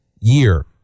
year